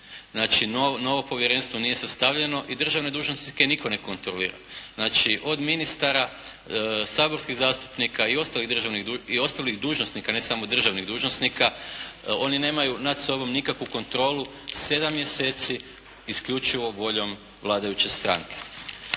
Znači, novo povjerenstvo nije sastavljeno i državne dužnosnike nitko ne kontrolira. Znači, od ministara, saborskih zastupnika i ostalih dužnosnika, ne samo državnih dužnosnika, oni nemaju nad sobom nikakvu kontrolu sedam mjeseci isključivo voljom vladajuće stranke.